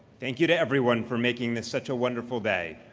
thank you to everyone for making this such a wonderful day.